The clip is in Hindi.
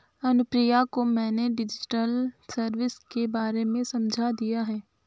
अनुप्रिया को मैंने डिजिटल सर्विस के बारे में समझा दिया है